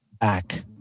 back